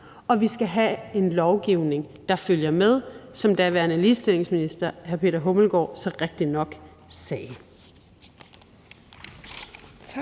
og vi skal have en lovgivning, der følger med, som daværende ligestillingsminister hr. Peter Hummelgaard så rigtigt sagde.